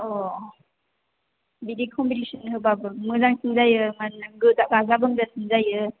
अ बिदि कम्पिटिसन होबाबो मोजांसिन जायो मानोना गाजा गोमजासिन जायो